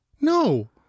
No